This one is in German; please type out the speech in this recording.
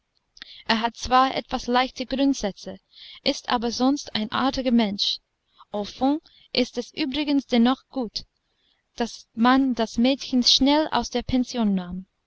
er hat zwar etwas leichte grundsätze ist aber sonst ein artiger mensch au fond ist es übrigens dennoch gut daß man das mädchen schnell aus der pension nahm